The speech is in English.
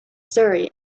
surrey